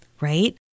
right